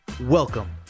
Welcome